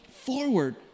forward